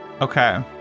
Okay